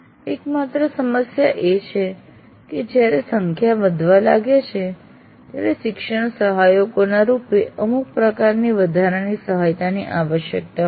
એકમાત્ર સમસ્યા એ છે કે જ્યારે સંખ્યા વધવા લાગે છે ત્યારે શિક્ષણ સહાયકોના રૂપે અમુક પ્રકારની વધારાની સહાયતાની આવશ્યકતા હોય છે